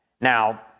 Now